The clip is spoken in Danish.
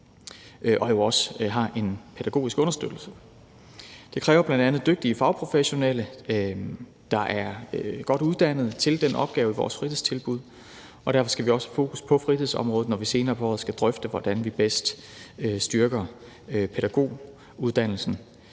også har en pædagogisk understøttelse. Det kræver bl.a. dygtige fagprofessionelle, der er godt uddannet til den opgave i vores fritidstilbud, og derfor skal vi også have fokus på fritidsområdet, når vi senere på året skal drøfte, hvordan vi bedst styrker pædagoguddannelsen.